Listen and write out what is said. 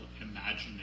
imagining